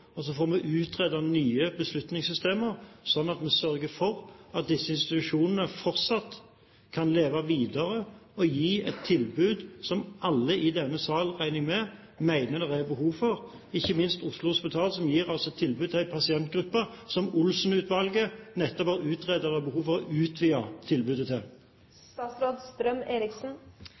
og så får vi utredet nye beslutningssystemer, slik at vi sørger for at disse institusjonene fortsatt kan leve videre og gi et tilbud som alle i denne salen, regner jeg med, mener det er behov for – ikke minst Oslo Hospital, som gir tilbud til en pasientgruppe som Olsen-utvalget nettopp har utredet at det er behov for å utvide tilbudet til?